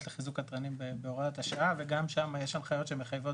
לחיזוק התרנים בהוראת השעה וגם שם יש הנחיות שמחייבות